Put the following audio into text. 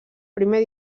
primer